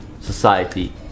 society